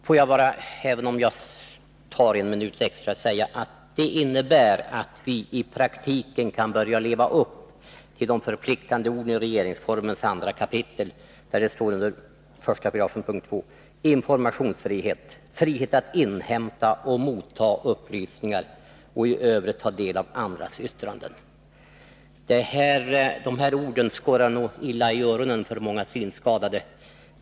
Får jag bara, även om jag tar en minut extra i anspråk, säga att beslutet innebär att vi i praktiken kan leva upp till de förpliktande orden i regeringsformen 2 kap. 1 § punkt 2: ”Informationsfrihet: frihet att inhämta och mottaga upplysningar samt att i övrigt taga del av andras yttranden.” Dessa ord har nog hittills skorrat illa i öronen på synskadade.